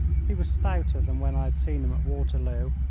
he was stouter than when i had seen him at waterloo,